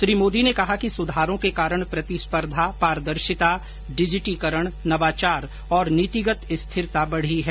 श्री मोदी ने कहा कि सुधारों के कारण प्रतिस्पर्धा पारदर्शिता डिजिटीकरण नवाचार और नीतिगत स्थिरता बढ़ी है